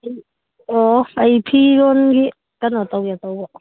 ꯑꯣ ꯑꯩ ꯐꯤꯔꯣꯟꯒꯤ ꯀꯩꯅꯣꯇꯧꯒꯦ ꯇꯧꯕ